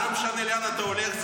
לא משנה לאן אתה הולך,